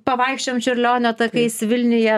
pavaikščiojom čiurlionio takais vilniuje